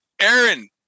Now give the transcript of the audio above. Aaron